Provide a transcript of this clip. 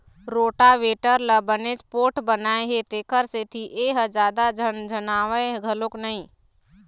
rotavator ल बनेच पोठ बनाए हे तेखर सेती ए ह जादा झनझनावय घलोक नई